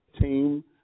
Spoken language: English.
team